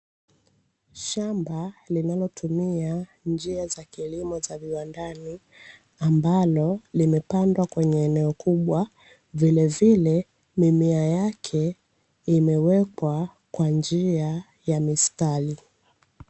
Shamba linalotumia njia za kilimo cha viwandani ambalo limepandwa kwenye eneo kubwa, vilevile mimea yake imewekwa kwa njia ya mistari.